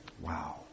Wow